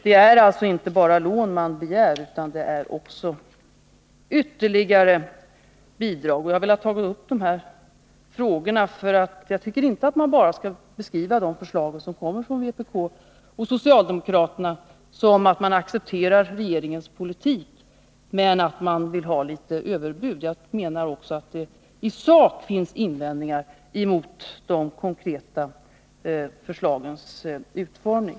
Det är alltså inte bara lån utan också ytterligare bidrag som man begär. Jag har velat ta upp dessa frågor, eftersom jag tycker att man inte Nr 30 bara skall beskriva förslagen från vpk och från socialdemokraterna så, att de partierna accepterar regeringens politik men vill lägga fram en del överbud. Jag menar att det också i sak finns invändningar mot de konkreta förslagens utformning.